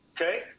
Okay